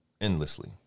endlessly